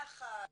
יחס